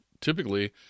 typically